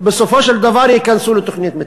בסופו של דבר ייכנסו לתוכנית מתאר.